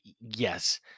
Yes